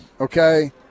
okay